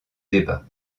débats